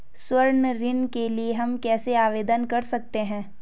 स्वर्ण ऋण के लिए हम कैसे आवेदन कर सकते हैं?